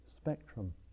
spectrum